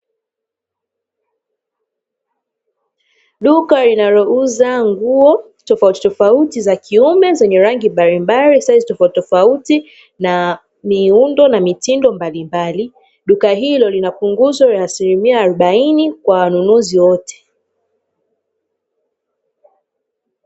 Duka linalouza nguo tofautitofauti za kiume zenye rangi mbalimbali, saizi tofautitofauti na miundo na mitindo mablimbali. Duka hilo lina punguzo la asilimia arobaini kwa wanunuzi wote.